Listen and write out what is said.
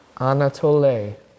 Anatole